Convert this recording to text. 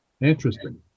Interesting